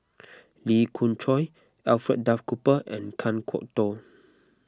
Lee Khoon Choy Alfred Duff Cooper and Kan Kwok Toh